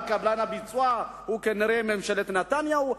אבל קבלן הביצוע הוא כנראה ממשלת נתניהו.